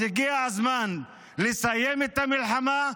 אז הגיע הזמן לסיים את המלחמה,